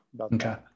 Okay